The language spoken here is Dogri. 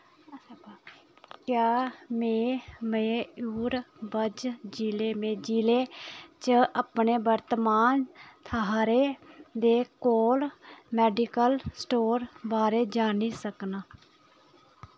क्या मैं मयूरभंज जि'ले में जि'ले च अपने वर्तमान थाह्रै दे कोल मैडिकल स्टोर बारै जानी सकनां